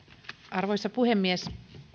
arvoisa puhemies